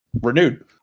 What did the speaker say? renewed